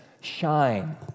shine